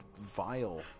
vile